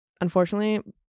unfortunately